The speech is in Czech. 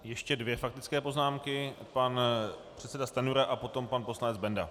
Ještě dvě faktické poznámky pan předseda Stanjura a potom pan poslanec Benda.